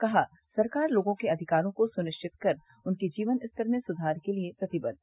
कहा सरकार लोगों के अधिकारों को सुनिश्चित कर उनके जीवन स्तर में सुधार के लिए प्रतिबद्द